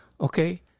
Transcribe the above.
okay